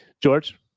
George